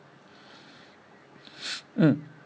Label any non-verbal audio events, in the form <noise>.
<breath> mm